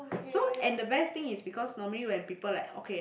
so and the best thing is because normally when people like okay